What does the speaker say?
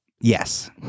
Yes